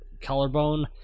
collarbone